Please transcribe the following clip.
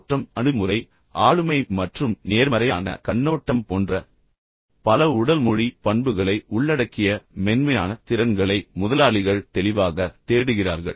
தோற்றம் அணுகுமுறை ஆளுமை மற்றும் நேர்மறையான கண்ணோட்டம் போன்ற பல உடல் மொழி பண்புகளை உள்ளடக்கிய மென்மையான திறன்களை முதலாளிகள் தெளிவாக தேடுகிறார்கள்